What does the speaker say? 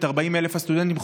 את 40,000 הסטודנטים,